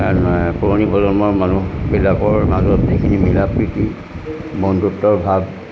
পুৰণি প্ৰজন্মৰ মানুহবিলাকৰ মাজত যিখিনি মিলা প্ৰীতি বন্ধুত্বৰ ভাৱ